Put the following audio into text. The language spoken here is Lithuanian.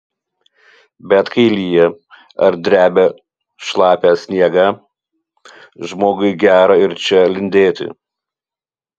bet kai lyja ar drebia šlapią sniegą žmogui gera ir čia lindėti